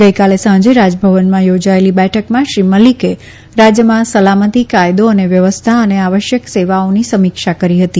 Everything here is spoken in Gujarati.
ગઈકાલે સાંજે રાજયભવનમાં થોજાયેલી બેઠકમાં શ્રી મલિકે રાજયમાં સલામતી કાયદો અને વ્યવસ્થા અને આવશ્યક સેવાઓની સમીક્ષા કરી હતી